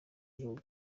gihugu